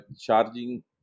charging